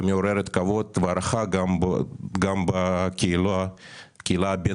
מעוררת כבוד והערכה גם בקהילה הבין-לאומית.